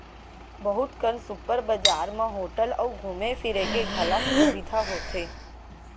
बहुत कन सुपर बजार म होटल अउ घूमे फिरे के घलौक सुबिधा होथे